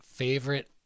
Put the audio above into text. Favorite